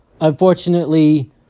unfortunately